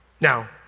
Now